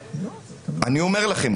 אני אומר לכם,